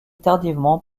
tardivement